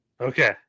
okay